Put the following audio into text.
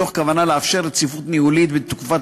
מתוך כוונה לאפשר רציפות ניהולית בתקופת